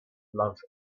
love